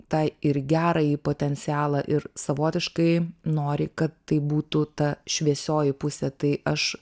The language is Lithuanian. tą ir gerąjį potencialą ir savotiškai nori kad tai būtų ta šviesioji pusė tai aš